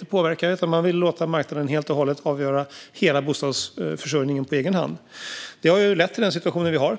att påverka utan ville låta marknaden avgöra hela bostadsförsörjningen helt på egen hand. Det ledde till den här situationen.